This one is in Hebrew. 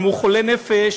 אם הוא חולה נפש,